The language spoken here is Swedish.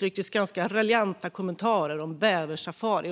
det ganska raljanta kommentarer om bäversafari.